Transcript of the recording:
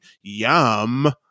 yum